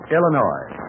Illinois